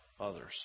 others